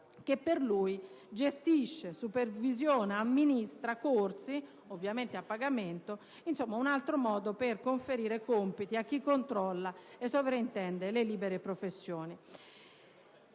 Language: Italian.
poi per lui gestisce, supervisiona ed amministra corsi, ovviamente a pagamento. Dunque, è un altro modo per conferire compiti a chi controlla le libere professioni